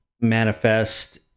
manifest